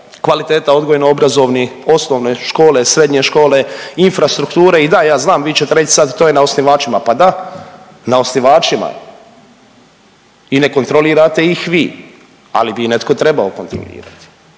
kvaliteta odgojno obrazovnih osnovne škole, srednje škole, infrastrukture i da, ja znam, vi ćete reć sad, to je na osnivačima, pa da, na osnivačima je i ne kontrolirate ih vi, ali bi netko trebao kontrolirati,